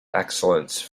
excellence